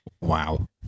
Wow